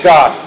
God